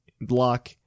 Block